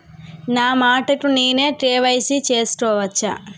నా మటుకు నేనే కే.వై.సీ చేసుకోవచ్చా?